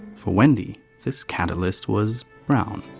for wendy, this catalyst was brown.